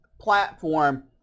platform